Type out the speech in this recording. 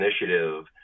initiative